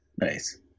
Nice